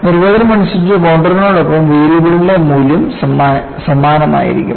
നിർവചനം അനുസരിച്ച് കോൺണ്ടറിനൊപ്പം വേരിയബിളിന്റെ മൂല്യം സമാനമായിരിക്കും